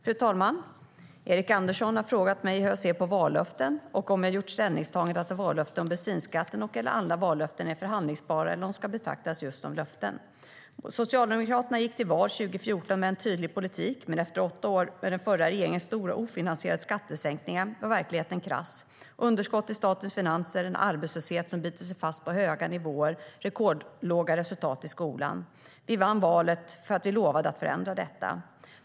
Fru talman! Erik Andersson har frågat mig hur jag ser på vallöften och om jag har gjort ställningstagandet att vallöftet om bensinskatten och/eller andra vallöften är förhandlingsbara eller om de ska betraktas som just löften. Socialdemokraterna gick till val 2014 med en tydlig politik. Men efter åtta år med den förra regeringens stora ofinansierade skattesänkningar var verkligheten krass. Det var underskott i statens finanser, en arbetslöshet som bitit sig fast på höga nivåer och rekordlåga resultat i skolan. Vi vann valet för att vi lovade att förändra detta.